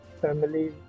family